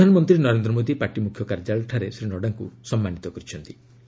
ପ୍ରଧାନମନ୍ତ୍ରୀ ନରେନ୍ଦ୍ର ମୋଦୀ ପାର୍ଟି ମୁଖ୍ୟ କାର୍ଯ୍ୟାଳୟଠାରେ ଶ୍ରୀ ନଡ୍ଡାଙ୍କୁ ସମ୍ମାନିତ କରିବେ